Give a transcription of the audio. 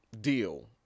deal